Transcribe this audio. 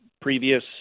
previous